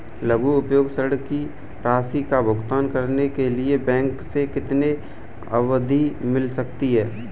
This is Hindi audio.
लघु उद्योग ऋण की राशि का भुगतान करने के लिए बैंक से कितनी अवधि मिल सकती है?